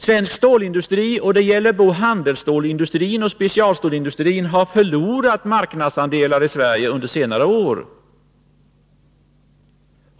Svensk stålindustri — det gäller både handelsstålsindustrin och specialstålsindustrin — har förlorat marknadsandelar i Sverige under senare år.